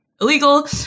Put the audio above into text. illegal